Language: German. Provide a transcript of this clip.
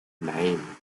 nein